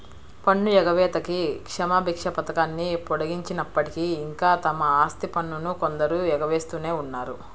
పన్ను ఎగవేతకి క్షమాభిక్ష పథకాన్ని పొడిగించినప్పటికీ, ఇంకా తమ ఆస్తి పన్నును కొందరు ఎగవేస్తూనే ఉన్నారు